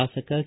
ಶಾಸಕ ಕೆ